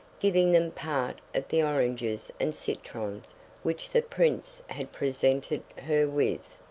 giving them part of the oranges and citrons which the prince had presented her with,